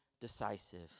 decisive